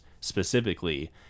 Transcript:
specifically